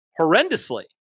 horrendously